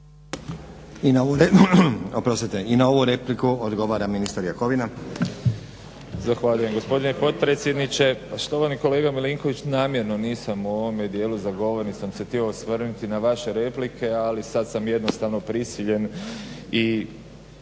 I na ovu repliku odgovara ministar Jakovina.